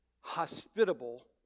hospitable